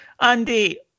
Andy